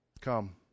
Come